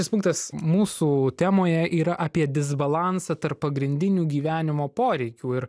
tas punktas mūsų temoje yra apie disbalansą tarp pagrindinių gyvenimo poreikių ir